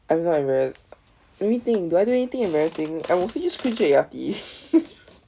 I will not embarrass let me think did I do anything embarrassing I will say just scream